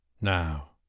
Now